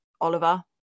Oliver